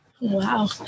Wow